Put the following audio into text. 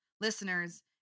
listeners